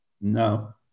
no